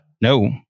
No